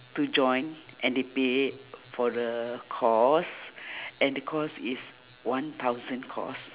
to join N_D_P for the course and because is one thousand cost